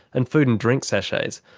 and food and drink sachets.